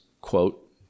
quote